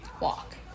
walk